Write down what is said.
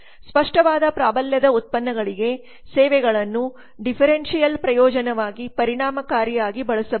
ಸ್ಪಷ್ಟವಾದ ಪ್ರಾಬಲ್ಯದ ಉತ್ಪನ್ನಗಳಿಗೆ ಸೇವೆಗಳನ್ನು ಡಿಫರೆನ್ಷಿಯಲ್ ಪ್ರಯೋಜನವಾಗಿ ಪರಿಣಾಮಕಾರಿಯಾಗಿ ಬಳಸಬಹುದು